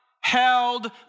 held